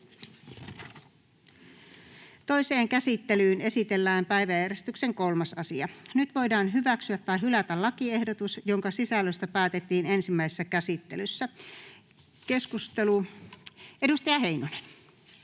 Toiseen käsittelyyn esitellään päiväjärjestyksen 3. asia. Nyt voidaan hyväksyä tai hylätä lakiehdotus, jonka sisällöstä päätettiin ensimmäisessä käsittelyssä. — Edustaja Heinonen.